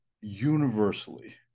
universally